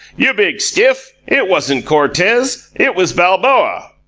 you big stiff, it wasn't cortez, it was balboa.